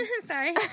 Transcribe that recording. Sorry